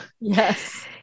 yes